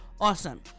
Awesome